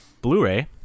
Blu-ray